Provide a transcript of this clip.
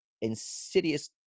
insidious